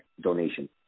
donation